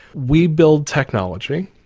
we build technology.